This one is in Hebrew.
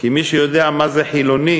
כי מי שיודע מה זה חילוני,